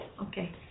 Okay